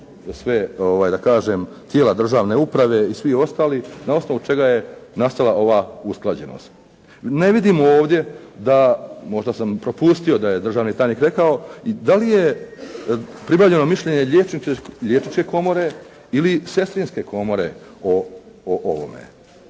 sve da kažem tijela državne uprave i svi ostali, na osnovu čega je nastala ova usklađenost. Ne vidimo ovdje da, možda sam propustio da je državni tajnik rekao, da li je pribavljeno mišljenje Liječničke komore ili Sestrinske komore o ovome.